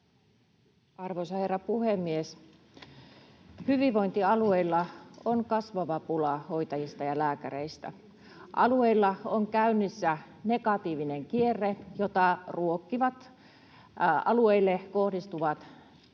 Arvoisa herra puhemies! Hyvinvointialueilla on kasvava pula hoitajista ja lääkäreistä. Alueilla on käynnissä negatiivinen kierre, jota ruokkivat alueille kohdistuvat